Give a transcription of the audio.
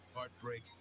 Heartbreak